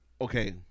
okay